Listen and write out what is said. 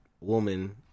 woman